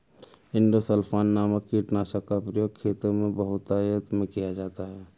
endosulfan नामक कीटनाशक का प्रयोग खेतों में बहुतायत में किया जाता है